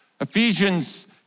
Ephesians